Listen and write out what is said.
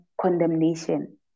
condemnation